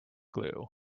glue